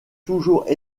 toujours